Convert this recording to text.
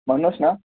भन्नुहोस् न